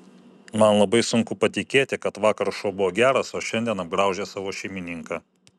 man labai sunku patikėti kad vakar šuo buvo geras o šiandien apgraužė savo šeimininką